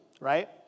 right